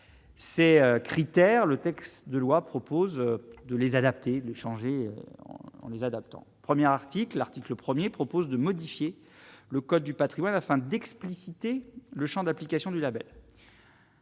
ces critères, le texte de loi propose de les adapter les changer en nous adaptant 1er article article 1er, propose de modifier le code du Patrimoine afin d'expliciter le Champ d'application du Label.